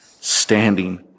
standing